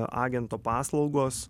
agento paslaugos